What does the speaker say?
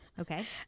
Okay